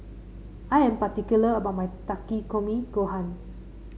I am particular about my Takikomi Gohan